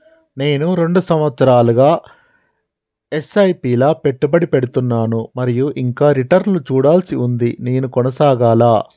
నేను రెండు సంవత్సరాలుగా ల ఎస్.ఐ.పి లా పెట్టుబడి పెడుతున్నాను మరియు ఇంకా రిటర్న్ లు చూడాల్సి ఉంది నేను కొనసాగాలా?